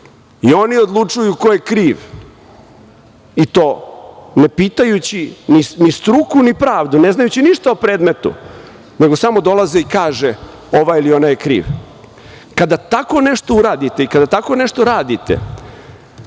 i oni odlučuju ko je kriv i to ne pitajući ni struku, ni pravdu, ne znajući ništa o predmetu, nego samo dolaze i kažu ovaj ili onaj je kriv. Kada tako nešto uradite i kada tako nešto radite,